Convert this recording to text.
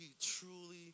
truly